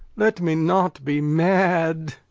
let me not be mad,